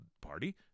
Party